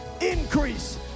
increase